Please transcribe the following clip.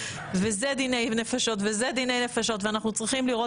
זה דיני נפשות וזה דיני נפשות ואנחנו צריכים לראות